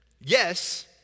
yes